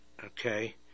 Okay